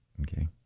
Okay